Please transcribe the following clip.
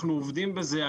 אנחנו עובדים בזה.